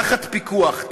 תחת פיקוח,